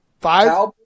Five